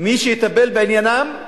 מי שיטפל בעניינם,